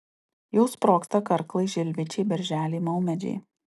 jau sprogsta karklai žilvičiai berželiai maumedžiai